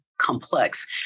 complex